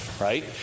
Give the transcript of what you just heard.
right